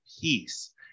peace